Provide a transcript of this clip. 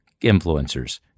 influencers